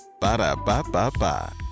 Ba-da-ba-ba-ba